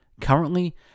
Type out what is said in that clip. Currently